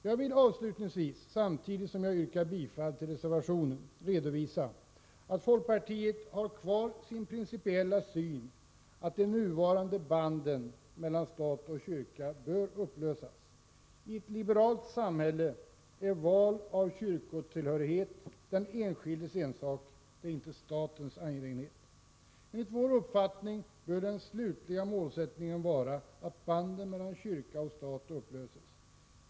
Jag vill avslutningsvis, samtidigt som jag yrkar bifall till reservationen, redovisa att folkpartiet har kvar sin principiella syn att de nuvarande banden mellan stat och kyrka bör upplösas. I ett liberalt samhälle är val av kyrkotillhörighet den enskildes ensak, inte statens angelägenhet. Enligt vår uppfattning bör den slutliga målsättningen vara att banden mellan kyrka och stat skall upplösas.